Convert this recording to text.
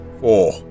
four